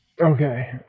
Okay